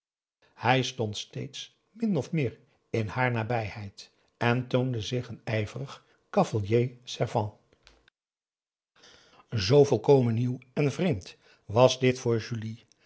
hij stond steeds min of meer in haar nabijheid en toonde zich een ijverig cavalier servant zoo volkomen nieuw en vreemd was dit voor julie